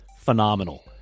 phenomenal